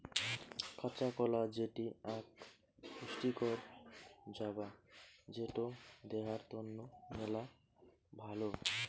কাঁচা কলা যেটি আক পুষ্টিকর জাবা যেটো দেহার তন্ন মেলা ভালো